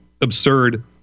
absurd